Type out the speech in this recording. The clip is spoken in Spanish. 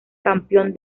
campeón